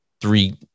three